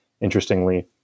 interestingly